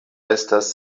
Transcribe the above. estas